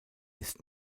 ist